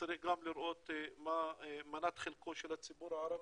צריך גם לראות מה מנת חלקו של הציבור הערבי,